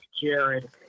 Jared